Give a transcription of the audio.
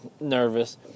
nervous